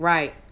Right